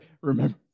Remember